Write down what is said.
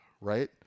right